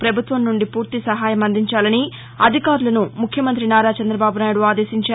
ప్రవభుత్వంనుండి పూర్తి నహాయం అందించాలని అధికారులను ముఖ్యమంతి నారా చంద్రదబాబునాయుడు అదేశించారు